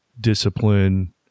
discipline